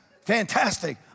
fantastic